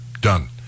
done